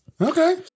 Okay